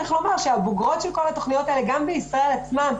צריך לומר שהבוגרות של כל התוכניות האלה גם בישראל עצמה,